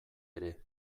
ere